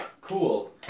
cool